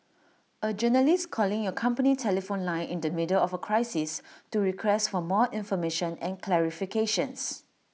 A journalist calling your company telephone line in the middle of A crisis to request for more information and clarifications